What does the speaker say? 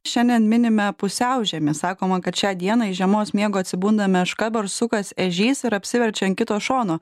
šiandien minime pusiaužiemį sakoma kad šią dieną iš žiemos miego atsibunda meška barsukas ežys ir apsiverčia ant kito šono